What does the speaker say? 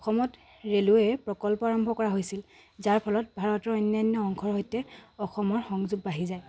অসমত ৰে'লৱে প্ৰকল্প আৰম্ভ কৰা হৈছিল যাৰ ফলত ভাৰতৰ অন্যান্য অংশৰ সৈতে অসমৰ সংযোগ বাঢ়ি যায়